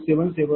4525077 p